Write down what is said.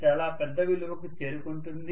చాలా పెద్ద విలువకు చేరుకుంటుంది